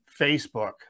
Facebook